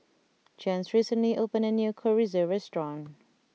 Jens recently opened a new Chorizo restaurant